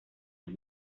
los